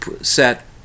set